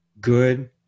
good